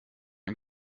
ein